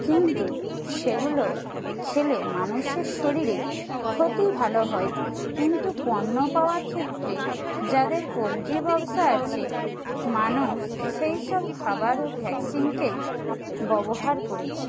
কিন্তু সেগুলো খেলে মানুষের শরীরে ক্ষতি ভালো হয় কিন্তু পণ্য পাওয়ার ক্ষেত্রে যাদের পোলট্রি ব্যবসা আছে মানুষ সেইসব খাবার ও ভ্যাকসিনকেই ব্যবহার করেছে